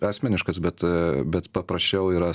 asmeniškas bet bet paprasčiau yra